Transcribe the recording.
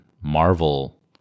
Marvel